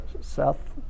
Seth